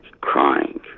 crying